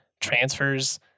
transfers